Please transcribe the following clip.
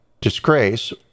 disgrace